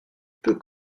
peut